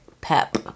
pep